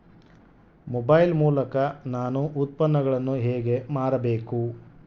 Mobile ಮೂಲಕ ನಾನು ಉತ್ಪನ್ನಗಳನ್ನು ಹೇಗೆ ಮಾರಬೇಕು?